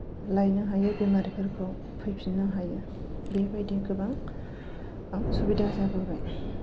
लायनो हायो बेमारिफोरखौ फैफिननो हायो बेबायदि गोबां सुबिदा जाबोबाय